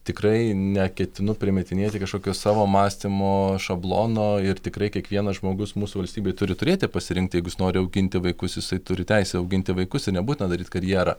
tikrai neketinu primetinėti kažkokio savo mąstymo šablono ir tikrai kiekvienas žmogus mūsų valstybėj turi turėti pasirinkti jeigu nori auginti vaikus jisai turi teisę auginti vaikus ir nebūtina daryt karjerą